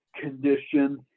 condition